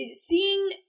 seeing